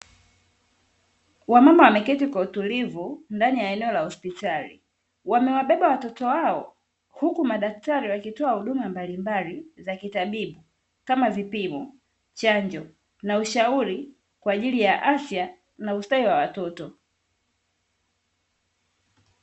Wamama wameketi kwa utulivu ndani ya eneo la hospitali. Wamewabeba watoto wao huku madaktari wakitoa huduma mbalimbali za kitabibu kama vipimo, chanjo na ushauri kwa ajili ya afya na ustawi wa watoto.